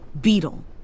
Beetle